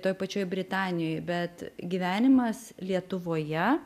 toj pačioj britanijoj bet gyvenimas lietuvoje